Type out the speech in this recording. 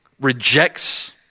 rejects